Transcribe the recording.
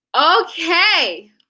Okay